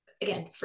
again